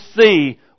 see